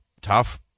tough